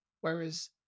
Whereas